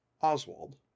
Oswald